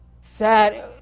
sad